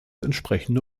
entsprechende